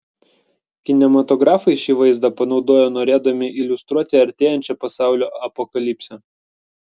kinematografai šį vaizdą panaudojo norėdami iliustruoti artėjančią pasaulio apokalipsę